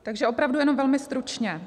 Takže opravdu jenom velmi stručně.